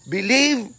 Believe